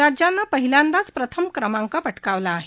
राज्यानं पहिल्यांदाच प्रथम क्रमांक पटकावला आहे